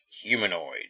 humanoid